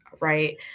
right